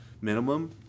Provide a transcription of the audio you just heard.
minimum